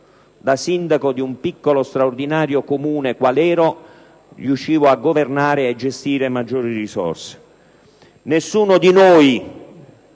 Da sindaco di un piccolo straordinario Comune qual ero riuscivo a governare e a gestire maggiori risorse. Nessuno di noi